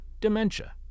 dementia